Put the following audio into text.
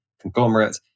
conglomerate